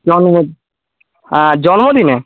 জন্ম হ্যাঁ জন্মদিনে